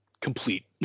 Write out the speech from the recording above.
complete